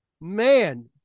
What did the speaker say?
man